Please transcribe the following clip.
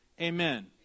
amen